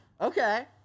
Okay